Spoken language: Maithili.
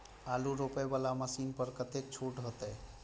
आलू रोपे वाला मशीन पर कतेक छूट होते?